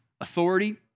authority